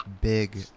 big